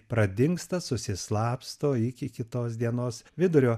pradingsta susislapsto iki kitos dienos vidurio